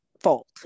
fault